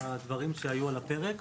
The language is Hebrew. הדברים שהיו על הפרק.